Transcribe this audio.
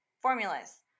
Formulas